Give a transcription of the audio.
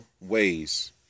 ways